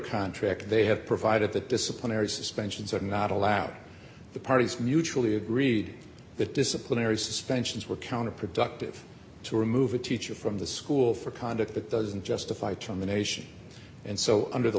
contract they have provided the disciplinary suspensions are not allowed the parties mutually agreed that disciplinary suspensions were counterproductive to remove a teacher from the school for conduct that doesn't justify two in the nation and so under the